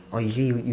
or is it you